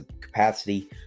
capacity